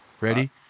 Ready